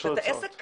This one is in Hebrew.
כשאתה עסק קטן,